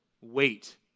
wait